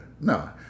No